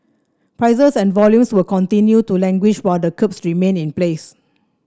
prices and volumes will continue to languish while the curbs remain in place